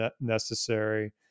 necessary